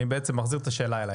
אני בעצם מחזיר את השאלה אלייך.